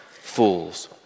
Fool's